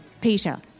Peter